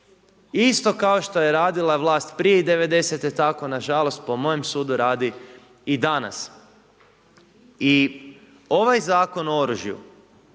isto kao što je radila vlast i prije 90-te. Tako na žalost po mojem sudu radi i danas. I ovaj Zakon o oružju